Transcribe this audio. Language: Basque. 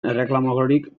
erreklamorik